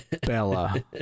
Bella